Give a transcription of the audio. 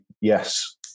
yes